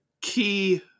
key